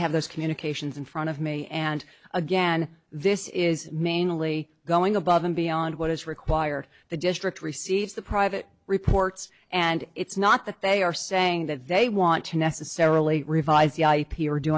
have those communications in front of me and again this is mainly going above and beyond what is required the district receives the private reports and it's not that they are saying that they want to necessarily revise the ip or do